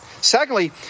Secondly